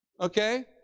okay